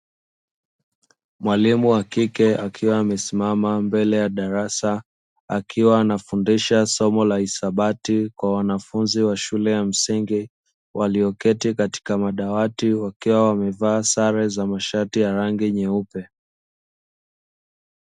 Mwalimu wa kike akiwa amesimama mbele ya darasa, akiwa anafundisha somo la hisabati kwa wanafunzi wa shule ya msingi, walioketi katika madawati, wakiwa wamevaa sare ya mashati ya rangi nyeupe.